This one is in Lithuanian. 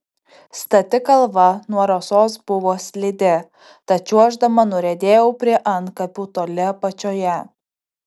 stati kalva nuo rasos buvo slidi tad čiuoždama nuriedėjau prie antkapių toli apačioje